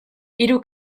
hiru